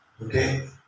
Okay